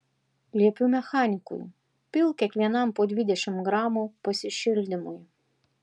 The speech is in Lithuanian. liepiu mechanikui pilk kiekvienam po dvidešimt gramų pasišildymui